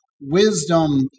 wisdom